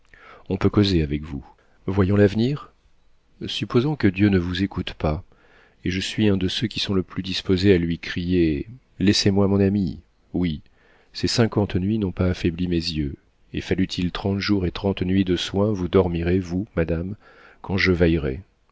on peut causer avec vous voyons l'avenir supposons que dieu ne vous écoute pas et je suis un de ceux qui sont le plus disposés à lui crier laissez-moi mon ami oui ces cinquante nuits n'ont pas affaibli mes yeux et fallût-il trente jours et trente nuits de soins vous dormirez vous madame quand je veillerai